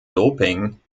doping